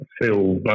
feel